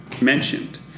mentioned